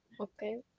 okay